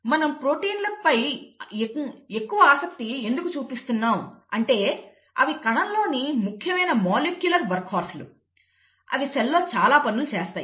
మనం ప్రోటీన్లపై ఎక్కువ ఆసక్తి ఎందుకు చూపిస్తున్నాం అంటే అవి కణంలోని ముఖ్యమైన మాలిక్యులార్ వర్క్హార్స్లు అవి సెల్లో చాలా పనులు చేస్తాయి